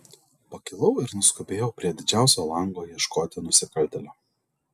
pakilau ir nuskubėjau prie didžiausio lango ieškoti nusikaltėlio